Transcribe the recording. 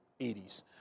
80s